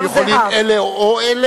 הם יכולים אלה או אלה?